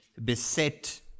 beset